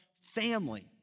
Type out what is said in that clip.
family